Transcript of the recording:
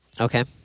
Okay